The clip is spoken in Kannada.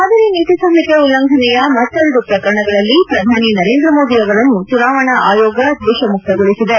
ಮಾದರಿ ನೀತಿಸಂಹಿತೆ ಉಲ್ಲಂಘನೆಯ ಮತ್ತೆರಡು ಪ್ರಕರಣಗಳಲ್ಲಿ ಪ್ರಧಾನಿ ನರೇಂದ್ರ ಮೋದಿ ಅವರನ್ನು ಚುನಾವಣಾ ಆಯೋಗ ದೋಷಮುಕ್ತಗೊಳಿಸಿದೆ